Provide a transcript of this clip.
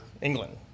England